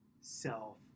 self